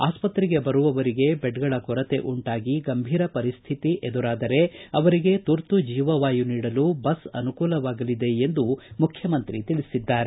ಆಸ್ಪತ್ರೆಗೆ ಬರುವವರಿಗೆ ಬೆಡ್ಗಳ ಕೊರತೆ ಉಂಟಾಗಿ ಗಂಭೀರ ಪರಿಸ್ಥಿತಿ ಎದುರಾದರೆ ಅವರಿಗೆ ತುರ್ತು ಜೀವವಾಯು ನೀಡಲು ಬಸ್ ಅನುಕೂಲವಾಗಲಿದೆ ಎಂದು ಮುಖ್ಯಮಂತ್ರಿ ಅವರು ತಿಳಿಸಿದ್ದಾರೆ